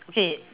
okay